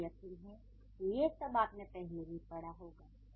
मुझे यकीन है कि ये सब आपने पहले भी पढ़ा होगा